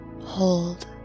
hold